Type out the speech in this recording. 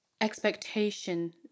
expectation